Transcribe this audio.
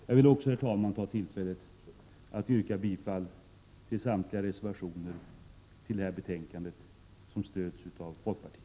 Jag vill också, herr talman, ta tillfället i akt att yrka bifall till samtliga reservationer i betänkande 40 som stöds av folkpartiet.